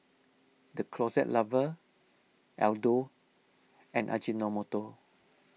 the Closet Lover Aldo and Ajinomoto